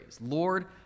Lord